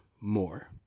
more